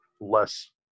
less